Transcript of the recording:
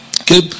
okay